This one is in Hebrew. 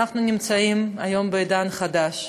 אנחנו נמצאים היום בעידן חדש,